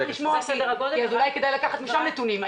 אולי כדאי לקחת משם נתונים.